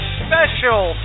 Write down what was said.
special